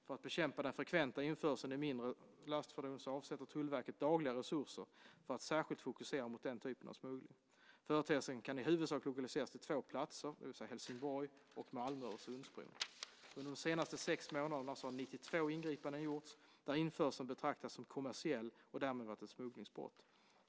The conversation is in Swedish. För att bekämpa den frekventa införseln i mindre lastfordon avsätter Tullverket dagliga resurser för att särskilt fokusera på denna typ av smuggling. Företeelsen kan i huvudsak lokaliseras till två platser, Helsingborg och Malmö med Öresundsbron. Under de senaste sex månaderna har 92 ingripanden gjorts där införseln betraktats som kommersiell och därmed varit ett smugglingsbrott.